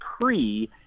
pre